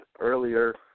earlier